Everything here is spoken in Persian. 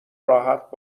راحت